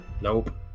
nope